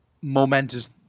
momentous